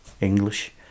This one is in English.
English